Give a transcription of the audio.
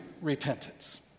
repentance